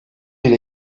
bir